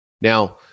Now